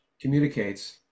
communicates